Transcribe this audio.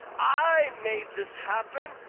i made this happen.